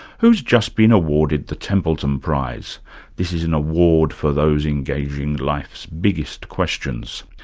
who's just been awarded the templeton prize this is an award for those engaging life's biggest questions.